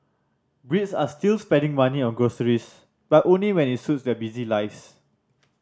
Brits are still spending money on groceries but only when it suits their busy lives